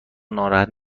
ناراحت